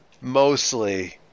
mostly